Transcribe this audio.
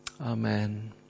Amen